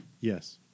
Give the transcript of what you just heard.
Yes